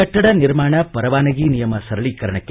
ಕಟ್ಟಡ ನಿರ್ಮಾಣ ಪರವಾನಗಿ ನಿಯಮ ಸರಳೀಕರಣಕ್ಕೆ